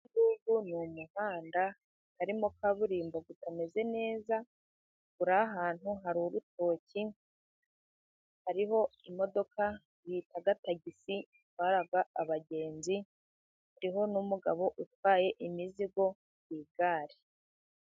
Uyu ni umuhanda harimo kaburimbo, utameze neza, uri ahantu hari urutoki, hariho imodoka bita tagisi itwara abagenzi, hariho n'umugabo utwaye imizigo ku igare.